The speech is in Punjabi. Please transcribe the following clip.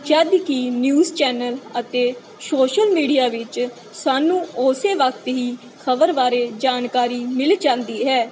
ਜਦ ਕਿ ਨਿਊਜ਼ ਚੈਨਲ ਅਤੇ ਸੋਸ਼ਲ ਮੀਡੀਆ ਵਿੱਚ ਸਾਨੂੰ ਉਸੇ ਵਕਤ ਹੀ ਖਬਰ ਬਾਰੇ ਜਾਣਕਾਰੀ ਮਿਲ ਜਾਂਦੀ ਹੈ